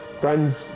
friends